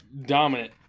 dominant